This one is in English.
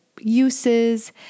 uses